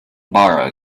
borough